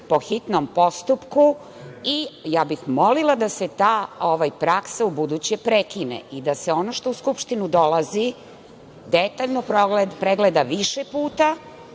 po hitnom postupku i molila bih da se ta praksa ubuduće prekine i da se ono što u Skupštinu dolazi detaljno pregleda više puta,